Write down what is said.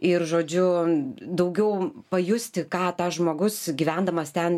ir žodžiu daugiau pajusti ką tas žmogus gyvendamas ten